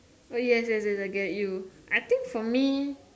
oh yes yes yes I get you I think for me